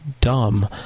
dumb